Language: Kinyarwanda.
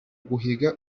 guhiga